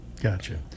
gotcha